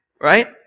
right